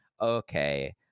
okay